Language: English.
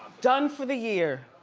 done for the year.